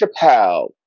Chappelle